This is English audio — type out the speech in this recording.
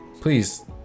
please